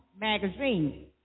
magazine